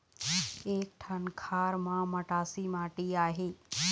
एक ठन खार म मटासी माटी आहे?